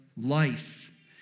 life